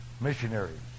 missionaries